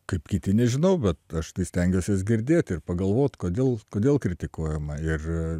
kaip kiti nežinau bet aš tai stengiuos jas girdėt ir pagalvot kodėl kodėl kritikuojama ir